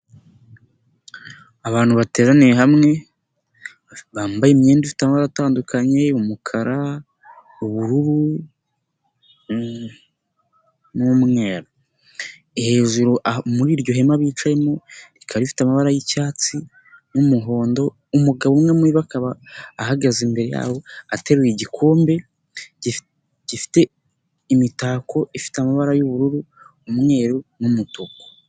Abantu bateraniye hamwe, bambaye imyenda ifite amara atandukanye, umukara, ubururu n'umweru, hejuru muri iryo hema bicayemo rika rifite amabara y'icyatsi n'umuhondo, umugabo umwe muribo ahagaze imbere yabo aterura igikombe gifite imitako, ifite amabara y'ubururu umweru n'umutuku.